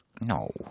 No